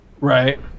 Right